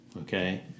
Okay